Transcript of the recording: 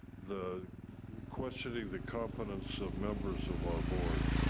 the questioning the competence of members of our board.